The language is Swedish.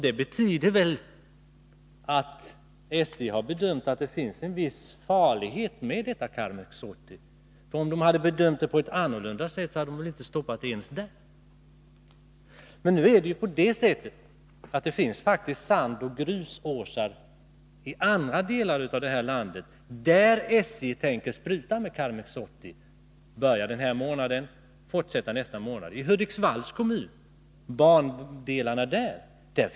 Det betyder välatt SJ har bedömt att Karmex 80 har en viss farlighet, för om SJ hade gjort en annorlunda bedömning skulle man väl inte ha stoppat användningen ens i dessa områden. Men det finns faktiskt sandoch grusåsar i andra delar av landet där SJ tänker spruta med Karmex 80. Man börjar den här månaden och fortsätter nästa månad. På bandelarna i Hudiksvalls kommun finns dett.ex.